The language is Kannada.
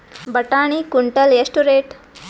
ಬಟಾಣಿ ಕುಂಟಲ ಎಷ್ಟು ರೇಟ್?